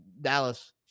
dallas